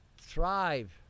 thrive